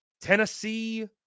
Tennessee